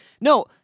No